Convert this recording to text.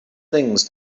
things